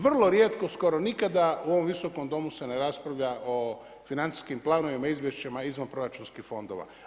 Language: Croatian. Vrlo rijetko, skoro nikada u ovom Visokom domu se ne raspravlja o financijskim planovima, izvješćima izvanproračunskih fondova.